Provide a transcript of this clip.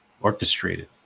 orchestrated